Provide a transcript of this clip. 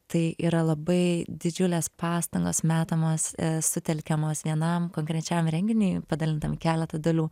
tai yra labai didžiulės pastangos metamos sutelkiamos vienam konkrečiam renginiui padalintam keletą dalių